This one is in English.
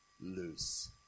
loose